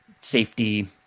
safety